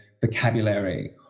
vocabulary